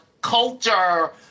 culture